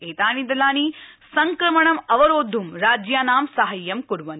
एतानि दलानि संक्रमणं अवरोद्धम राज्यानां साहाय्यं कुर्वन्ति